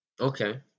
Okay